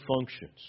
functions